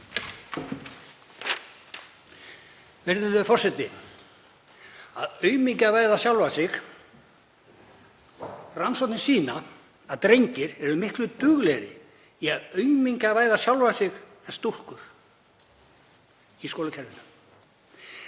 Virðulegur forseti. Að aumingjavæða sjálfan sig. Rannsóknir sýna að drengir eru miklu duglegri í að aumingjavæða sjálfa sig en stúlkur í skólakerfinu.